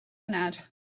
funud